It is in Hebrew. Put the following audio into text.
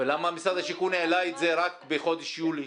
ולמה משרד השיכון העלה את זה רק בחודש יולי?